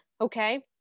Okay